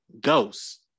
Ghosts